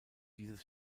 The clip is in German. dieses